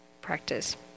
practice